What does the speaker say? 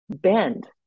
bend